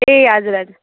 ए हजुर हजुर